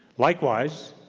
likewise,